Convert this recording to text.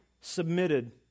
submitted